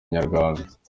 inyarwanda